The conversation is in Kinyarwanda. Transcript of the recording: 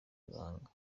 gahanga